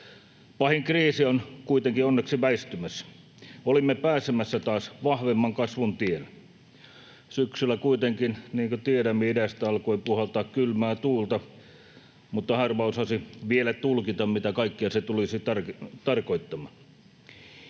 Pahin kriisi on kuitenkin onneksi väistymässä. Olimme pääsemässä taas vahvemman kasvun tielle. Syksyllä kuitenkin, niin kuin tiedämme, idästä alkoi puhaltaa kylmää tuulta, mutta harva osasi vielä tulkita, mitä kaikkea se tulisi tarkoittamaan.